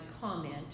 comment